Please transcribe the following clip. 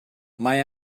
mae